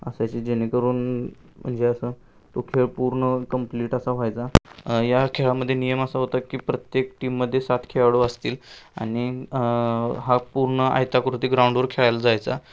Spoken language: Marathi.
असायची जेणेकरून म्हणजे असं तो खेळ पूर्ण कंप्लीट असा व्हायचा या खेळामध्ये नियम असा होता की प्रत्येक टीममध्ये सात खेळाडू असतील आणि हा पूर्ण आयताकृती ग्राउंडवर खेळायला जायचा